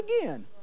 again